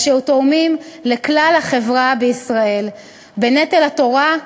אשר תורמים לכלל החברה בישראל בנטל התורה,